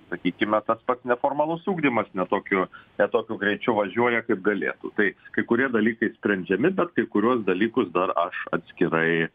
sakykime tas pats neformalus ugdymas ne tokiu ne tokiu greičiu važiuoja kaip galėtų tai kai kurie dalykai sprendžiami bet kai kuriuos dalykus dar aš atskirai